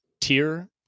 tier